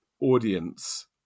audience